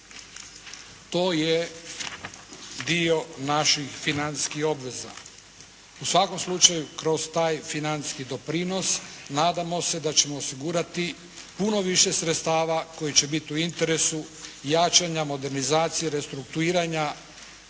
To je dio naših financijskih obveza. U svakom slučaju, kroz taj financijski doprinos nadamo se da ćemo osigurati puno više sredstava koji će biti u interesu jačanja modernizacije, restrukturiranja